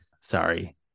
Sorry